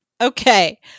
Okay